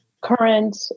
current